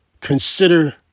consider